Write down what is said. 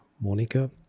Monica